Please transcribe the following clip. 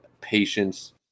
patience